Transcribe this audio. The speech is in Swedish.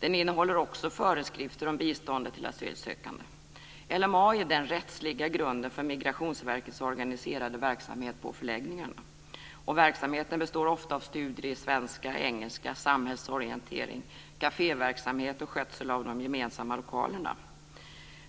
Den innehåller också föreskrifter om biståndet till asylsökande. LMA är den rättsliga grunden för Migrationsverkets organiserade verksamhet på förläggningarna. Verksamheten består ofta av studier i svenska och engelska, samhällsorientering, kaféverksamhet och skötsel av de gemensamma lokalerna.